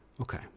Okay